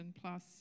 plus